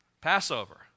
Passover